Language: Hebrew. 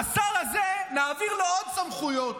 לשר הזה נעביר עוד סמכויות?